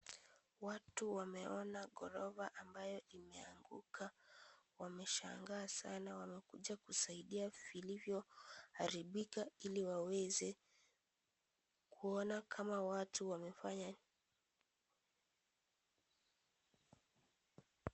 Watu wameona ghorofa ambayo imeanguka, wameshangaa sana wamekuja kusaidia vilivyo haribika ili waweze kuona kama watu wamefanya [?]